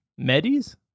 Medis